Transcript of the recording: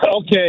okay